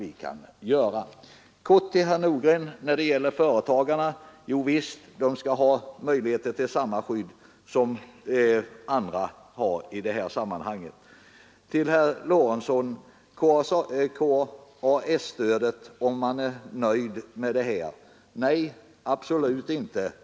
Vad sedan företagarna beträffar vill jag helt kort säga till herr Nordgren: Javisst, de skall ha möjligheter till samma skydd som alla andra har. Herr Lorentzon frågade om vi är nöjda med KSA-stödet. Nej, absolut inte.